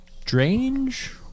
Strange